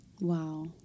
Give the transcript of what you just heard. Wow